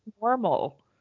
normal